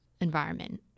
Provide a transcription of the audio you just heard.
environment